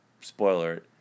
Spoiler